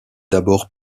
d’abord